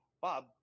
Bob